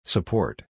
Support